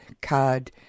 card